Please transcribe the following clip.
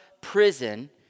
prison